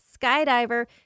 skydiver